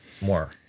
more